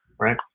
Right